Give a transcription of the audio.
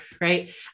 right